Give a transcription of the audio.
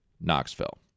Knoxville